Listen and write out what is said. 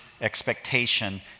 expectation